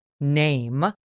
name